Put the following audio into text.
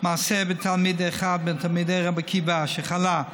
"מעשה בתלמיד אחד מתלמידי רבי עקיבא שחלה.